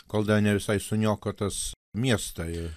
kol dar ne visai suniokotas miestą ir